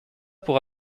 pour